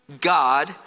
God